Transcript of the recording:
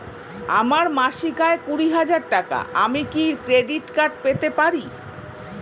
আমার মাসিক আয় কুড়ি হাজার টাকা আমি কি ক্রেডিট কার্ড পেতে পারি?